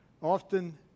Often